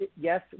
yes